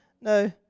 No